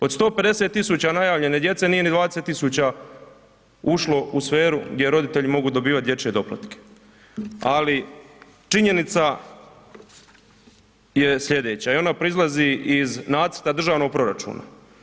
Od 150 000 najavljene djece, nije ni 20 000 ušlo u sferu gdje roditelji mogu dobivat dječje doplatke ali činjenica je slijedeća i ona proizlazi iz nacrta državnog proračuna.